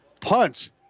punt